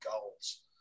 goals